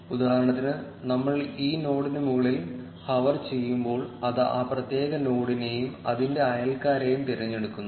ഉദാഹരണത്തിന് നമ്മൾ ഈ നോഡിന് മുകളിൽ ഹോവർ ചെയ്യുമ്പോൾ അത് ആ പ്രത്യേക നോഡിനെയും അതിൻ്റെ അയൽക്കാരെയും തിരഞ്ഞെടുക്കുന്നു